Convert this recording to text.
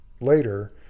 later